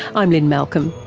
i'm lynne malcolm,